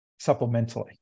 supplementally